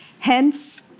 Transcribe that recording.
hence